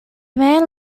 man